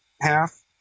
half